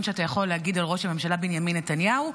שאתה יכול להגיד על ראש הממשלה בנימין נתניהו?